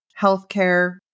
healthcare